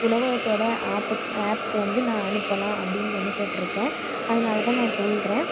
உணவகத்தோட ஆப்புக்கு ஆப்புக்கு வந்து நான் அனுப்பலாம் அப்படின்னு நெனைச்சிட்ருக்கேன் அதனாலதான் நான் சொல்கிறேன்